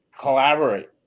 collaborate